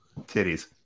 Titties